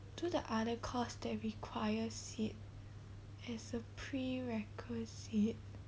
do the other course that requires it as a prerequisite